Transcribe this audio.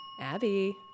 Abby